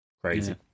crazy